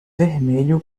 vermelho